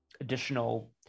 additional